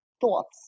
thoughts